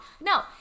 No